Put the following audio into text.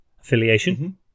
affiliation